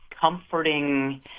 comforting